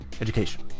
education